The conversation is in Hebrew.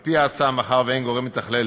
על-פי ההצעה, מאחר שאין גורם מתכלל